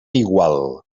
igual